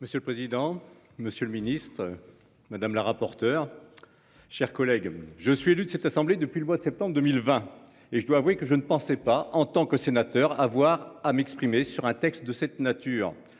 Monsieur le président, Monsieur le Ministre. Madame la rapporteure. Chers collègues, je suis élu de cette assemblée depuis le mois de septembre 2020. Et je dois avouer que je ne pensais pas en tant que sénateur, à voir à m'exprimer sur un texte de cette nature